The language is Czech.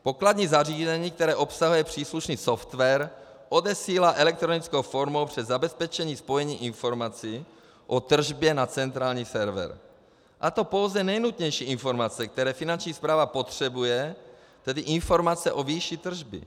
Pokladní zařízení, které obsahuje příslušný software, odesílá elektronickou formou přes zabezpečené spojení informace o tržbě na centrální server, a to pouze nejnutnější informace, které Finanční správa potřebuje, tedy informace o výši tržby.